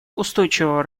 устойчивого